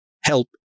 help